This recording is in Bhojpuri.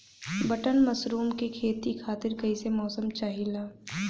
बटन मशरूम के खेती खातिर कईसे मौसम चाहिला?